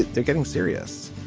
they're getting serious.